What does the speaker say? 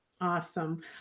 Awesome